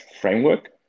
framework